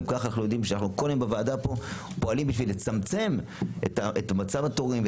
גם כך אנחנו יודעים שכל יום בוועדה כאן פועלים כדי לצמצם את מצב התורים,